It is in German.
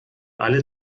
alle